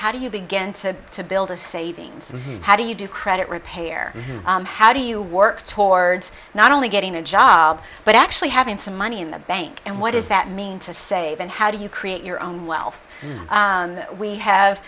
how do you begin to to build a savings how do you do credit repair how do you work towards not only getting a job but actually having some money in the bank and what does that mean to save and how do you create your own wealth we have